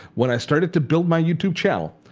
when i started to build my youtube channel,